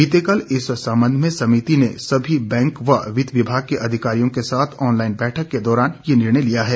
बीते कल इस संबंध में समिति ने सभी बैंक व वित्त विभाग के अधिकारियों के साथ ऑनलाईन बैठक के दौरान यह निर्णय लिया है